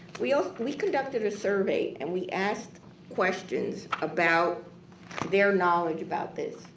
we also. we conducted a survey and we asked questions about their knowledge about this.